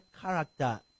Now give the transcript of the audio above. character